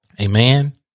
amen